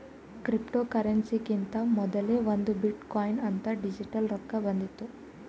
ಕ್ರಿಪ್ಟೋಕರೆನ್ಸಿಕಿಂತಾ ಮೊದಲೇ ಒಂದ್ ಬಿಟ್ ಕೊಯಿನ್ ಅಂತ್ ಡಿಜಿಟಲ್ ರೊಕ್ಕಾ ಬಂದಿತ್ತು